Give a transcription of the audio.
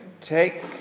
Take